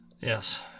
Yes